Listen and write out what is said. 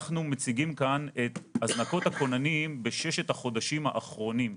אנחנו מציגים כאן את הזנקות הכוננים בששת החודשים האחרונים,